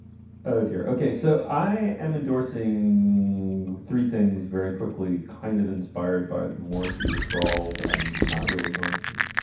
oh dear. ok so i am endorsing three things very quickly. kind of inspired by the morrissey withdrawal that i'm not really going through.